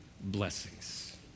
blessings